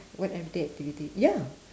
what everyday activity ya